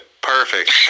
Perfect